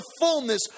fullness